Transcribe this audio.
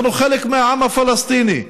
אנחנו חלק מהעם הפלסטיני.